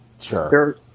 sure